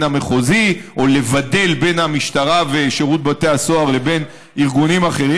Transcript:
המחוזי או לבדל בין המשטרה ושירות בתי הסוהר לבין ארגונים אחרים,